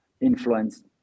influence